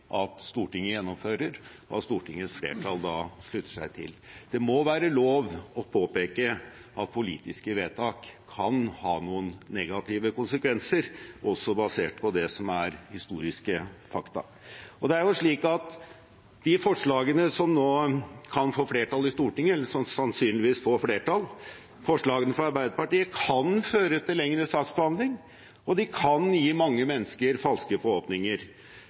at Stortinget gjennomfører, og at Stortingets flertall slutter seg til. Det må være lov å påpeke at politiske vedtak kan ha noen negative konsekvenser, også basert på det som er historiske fakta. Det er slik at de forslagene som nå sannsynligvis får flertall i Stortinget – forslagene fra Arbeiderpartiet – kan føre til lengre saksbehandling, og de kan gi mange mennesker falske forhåpninger.